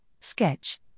Sketch